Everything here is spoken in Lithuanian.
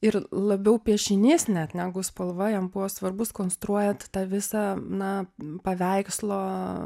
ir labiau piešinys net negu spalva jam buvo svarbus konstruojant tą visą na paveikslo